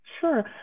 Sure